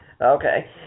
okay